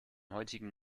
heutigen